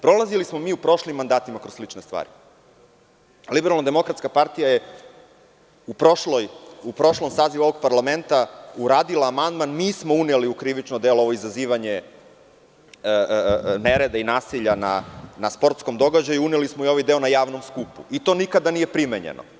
Prolazili smo mi u prošlim mandatima kroz slične stvari, Liberalno demokratska partija je u prošlom sazivu ovog parlamenta uradila amandman, nismo uneli u krivično delo ovo izazivanje nereda i nasilja na sportskom događaju, uneli smo ovaj deo na javnom skupu i to nikada nije primenjeno.